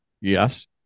Yes